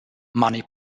money